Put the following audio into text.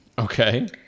Okay